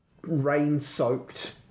rain-soaked